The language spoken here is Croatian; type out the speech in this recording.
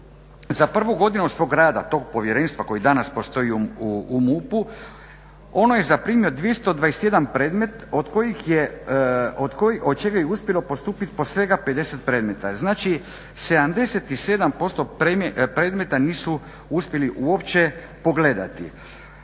za prvu godinu svog rada tog povjerenstva koji danas postoji u MUP-u ono je zaprimilo 221 predmet od kojih je, od čega je uspjelo postupiti po svega 50 predmeta. Znači, 77% predmeta nisu uspjeli uopće pogledati.